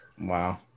Wow